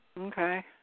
Okay